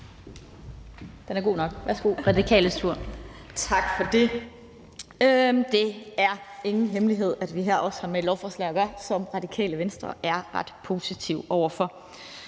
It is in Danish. (Ordfører) Katrine Robsøe (RV): Tak for det. Det er ingen hemmelighed, at vi her har med et lovforslag at gøre, som Radikale Venstre er ret positive over for.